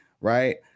Right